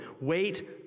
wait